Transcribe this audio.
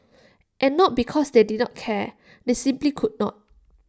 and not because they did not care they simply could not